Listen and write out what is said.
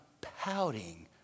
pouting